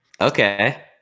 Okay